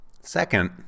Second